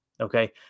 okay